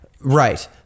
Right